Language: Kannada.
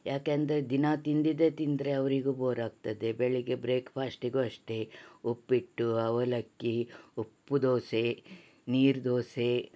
ಯಾಕಂದರೆ ದಿನಾ ತಿಂದಿದ್ದೇ ತಿಂದರೆ ಅವರಿಗೂ ಬೋರಾಗ್ತದೆ ಬೆಳಗ್ಗೆ ಬ್ರೇಕ್ಫಾಸ್ಟಿಗೂ ಅಷ್ಟೇ ಉಪ್ಪಿಟ್ಟು ಅವಲಕ್ಕಿ ಉಪ್ಪು ದೋಸೆ ನೀರುದೋಸೆ